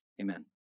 amen